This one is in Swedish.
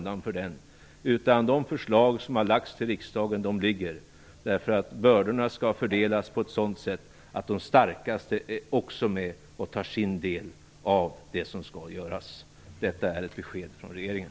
De förslag som lagts till riksdagen ligger. Bördorna skall fördelas på ett sådant sätt att de starkaste också är med och tar sin del av det som skall göras. Detta är ett besked från regeringen.